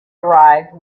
arrived